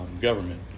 government